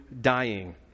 dying